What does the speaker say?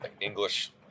English